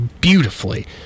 beautifully